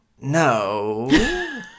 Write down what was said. no